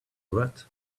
wreath